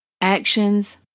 actions